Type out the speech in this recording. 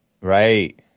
Right